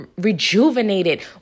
rejuvenated